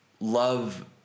love